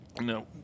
no